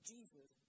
Jesus